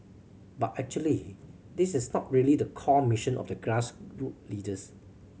but actually this is not really the core mission of the leaders